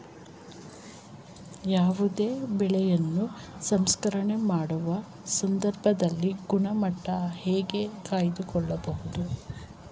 ಯಾವುದೇ ಬೆಳೆಯನ್ನು ಸಂಸ್ಕರಣೆ ಮಾಡುವ ಸಂದರ್ಭದಲ್ಲಿ ಗುಣಮಟ್ಟ ಹೇಗೆ ಕಾಯ್ದು ಕೊಳ್ಳಬಹುದು?